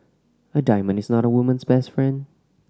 a diamond is not a woman's best friend